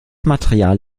material